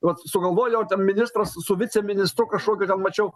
vat sugalvojo ministras su viceministru kažkokią ten mačiau